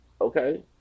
Okay